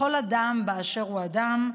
לכל אדם באשר הוא אדם,